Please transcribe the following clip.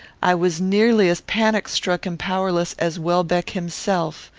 i was nearly as panic-struck and powerless as welbeck himself.